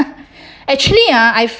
actually ah I